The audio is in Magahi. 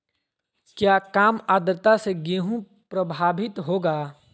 क्या काम आद्रता से गेहु प्रभाभीत होगा?